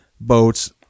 boats